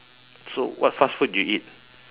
so what fast food you eat